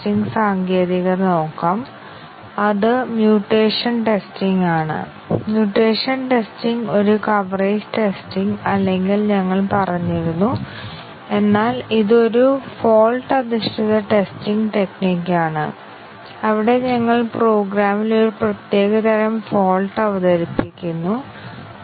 പ്രോഗ്രാമിലൂടെ നോക്കൂ എത്ര ബ്രാഞ്ച് എക്സ്പ്രഷനുകൾ ഉണ്ട് എത്ര തരം സ്റ്റേറ്റ്മെൻറ്കൾ ഉണ്ടെങ്കിലും പ്ലസ് വൺ സൈക്ലോമാറ്റിക് മെട്രിക് ആയിരിക്കും എന്നാൽ നമ്മൾ ഓർമ്മിക്കേണ്ട ഒരു കാര്യം സൈക്ലോമാറ്റിക് മെട്രിക് അറിയുക എന്നതാണ്